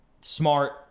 smart